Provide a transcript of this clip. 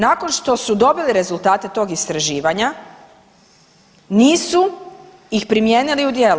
Nakon što su dobili rezultate tog istraživanja nisu ih primijenili u djelo.